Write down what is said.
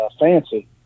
Fancy